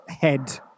head